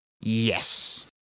Yes